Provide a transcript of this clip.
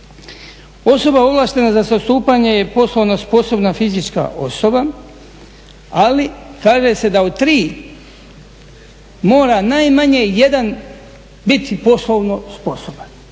Osoba ovlaštena za zastupanje je poslovno sposobna fizička osoba ali kaže se da od 3 mora najmanje 1 biti poslovno sposoban.